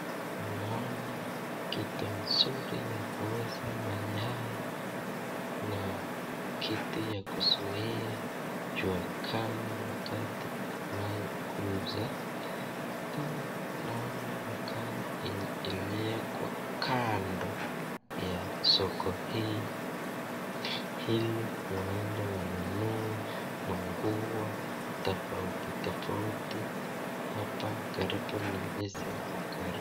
Naona kitu mzuri ya kuuza mayai na kitu ya kuzuia jua kali wakati anayeuza. Tena naona magari yenye iliekwa kando ya soko hii ili waende wanunue manguo, tafauti tafauti, hapa karibu na hizi magari.